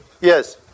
Yes